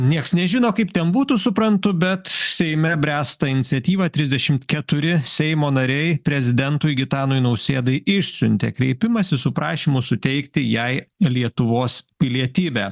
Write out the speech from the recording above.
nieks nežino kaip ten būtų suprantu bet seime bręsta iniciatyva trisdešimt keturi seimo nariai prezidentui gitanui nausėdai išsiuntė kreipimąsi su prašymu suteikti jai lietuvos pilietybę